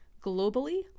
Globally